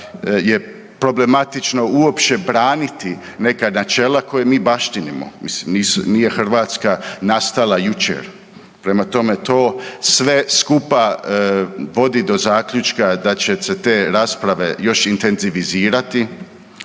je problematično uopće braniti neka načela koja mi baštinimo. Mislim nije Hrvatska nastala jučer. Prema tome, to sve skupa vodi do zaključka da će se te rasprave još intenzivirati.